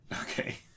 okay